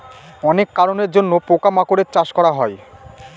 অনেক কারনের জন্য পোকা মাকড়ের চাষ করা হয়